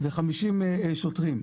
וחמישים שוטרים.